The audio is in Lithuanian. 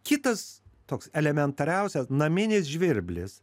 kitas toks elementariausias naminis žvirblis